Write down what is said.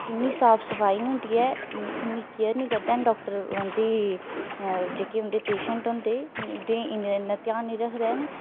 इ'न्नी साफ सफाई निं होंदी ऐ इ'न्नी केयर निं करदे हैन डॉक्टर जेह्के उं'दे पेशेंट होंदे उं'दा इ'न्ना ध्यान निं रखदे हैन